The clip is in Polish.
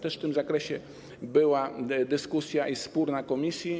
Też w tym zakresie była dyskusja i spór w komisji.